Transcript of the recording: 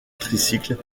tricycle